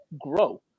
grow